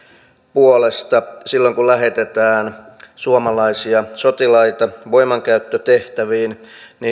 puolesta silloin kun lähetetään suomalaisia sotilaita voimankäyttötehtäviin